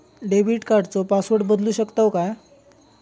Debit कार्डचो password बदलु शकतव काय?